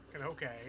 okay